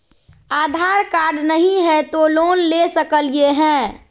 आधार card नही हय, तो लोन ले सकलिये है?